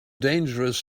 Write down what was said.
dangerous